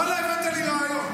ואללה, הבאת לי רעיון.